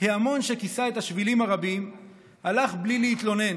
"ההמון שכיסה את השבילים הרבים הלך בלי להתלונן,